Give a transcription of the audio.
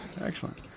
Excellent